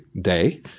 day